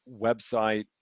website